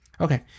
Okay